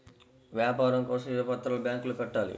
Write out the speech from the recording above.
వ్యాపారం కోసం ఏ పత్రాలు బ్యాంక్లో పెట్టాలి?